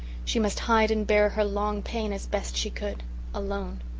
she must hide and bear her long pain as best she could alone.